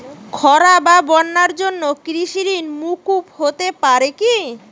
খরা বা বন্যার জন্য কৃষিঋণ মূকুপ হতে পারে কি?